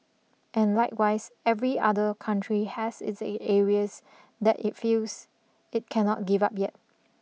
and likewise every other country has its areas that it feels it cannot give up yet